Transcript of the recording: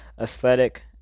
Aesthetic